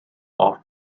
off